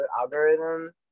algorithm